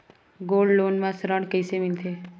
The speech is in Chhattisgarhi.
गोल्ड लोन म ऋण कइसे मिलथे?